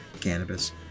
cannabis